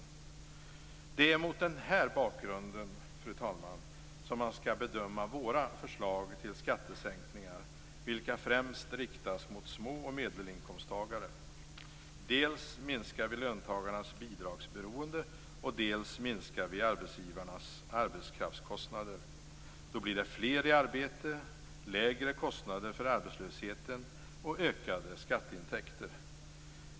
Det är mot den bakgrunden, fru talman, som man skall bedöma våra förslag till skattesänkningar, vilka främst riktas till små och medelinkomsttagare. Dels minskar vi löntagarnas bidragsberoende, dels minskar vi arbetsgivarnas arbetskraftskostnader. Då blir det fler i arbete, lägre kostnader för arbetslösheten och ökade skatteintäkter.